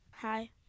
Hi